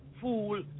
fool